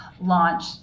launch